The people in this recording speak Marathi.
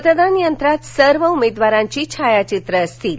मतदान यंत्रात सर्व उमेदवारांची छायाचित्रे असतील